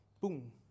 Boom